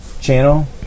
channel